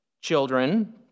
children